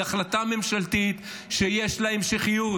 היא החלטה ממשלתית שיש לה המשכיות,